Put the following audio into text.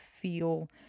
feel